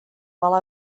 while